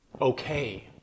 okay